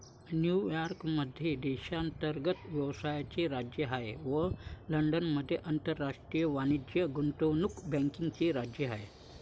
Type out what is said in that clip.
New York मध्ये देशांतर्गत व्यवसायाचे राज्य आहे व लंडनमध्ये आंतरराष्ट्रीय वाणिज्य गुंतवणूक बँकिंगचे राज्य आहे